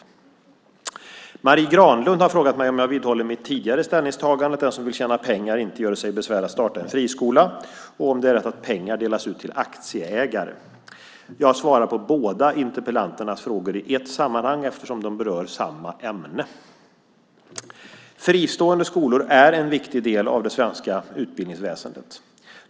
Marie Granlund har frågat mig om jag vidhåller mitt tidigare ställningstagande att den som vill tjäna pengar inte göre sig besvär att starta en friskola och om det är rätt att pengar delas ut till aktieägare. Jag svarar på båda interpellanternas frågor i ett sammanhang eftersom de berör samma ämne. Fristående skolor är en viktig del av det svenska utbildningsväsendet.